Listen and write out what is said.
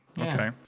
Okay